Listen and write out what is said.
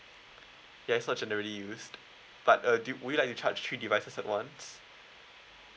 that's not generally used but uh do you would you like to charge three devices that once